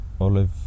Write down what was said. olive